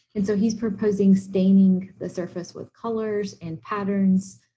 and so he's proposing staining the surface with colors and patterns,